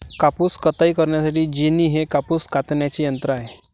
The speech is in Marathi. कापूस कताई करण्यासाठी जेनी हे कापूस कातण्याचे यंत्र आहे